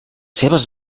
seves